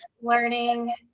learning